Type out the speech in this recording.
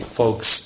folks